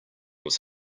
was